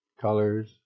colors